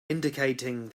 indicating